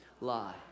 lie